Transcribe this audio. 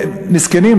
מסכנים,